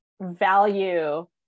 value